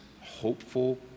hopeful